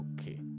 okay